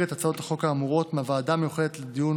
את הצעות החוק האמורות מהוועדה המיוחדת לדיון